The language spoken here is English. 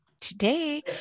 Today